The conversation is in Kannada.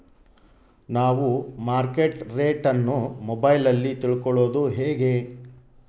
ನಾವು ಮಾರ್ಕೆಟ್ ರೇಟ್ ಅನ್ನು ಮೊಬೈಲಲ್ಲಿ ತಿಳ್ಕಳೋದು ಹೇಗೆ?